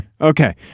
okay